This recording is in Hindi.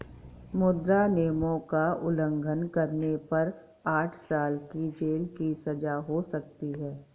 मुद्रा नियमों का उल्लंघन करने पर आठ साल की जेल की सजा हो सकती हैं